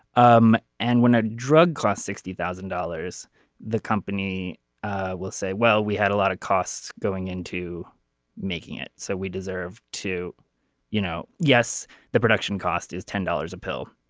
um and when a drug costs sixty thousand dollars the company will say well we had a lot of costs going into making it. so we deserve to you know. yes the production cost is ten dollars a pill.